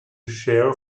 shear